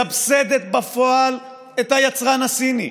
מסבסדת בפועל את היצרן הסיני,